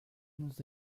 nous